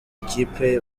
ikipe